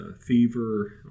fever